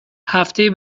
هفته